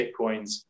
Bitcoins